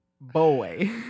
Boy